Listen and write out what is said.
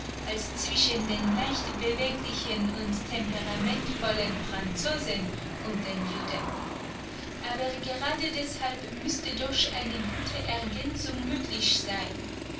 als zwischen den leichtbeweglichen und temperamentvollen franzosen und den juden aber gerade deshalb müßte doch eine gute ergänzung möglich sein